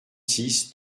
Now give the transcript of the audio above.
six